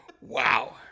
Wow